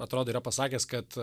atrodo yra pasakęs kad